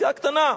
סיעה קטנה.